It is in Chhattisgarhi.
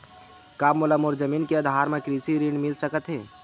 का मोला मोर जमीन के आधार म कृषि ऋण मिल सकत हे?